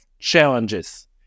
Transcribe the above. challenges